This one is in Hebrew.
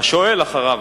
השואל אחריו,